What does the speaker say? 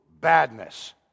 badness